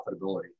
profitability